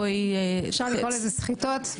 אפשר לקרוא לזה סחיטות.